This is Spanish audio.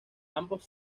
ambos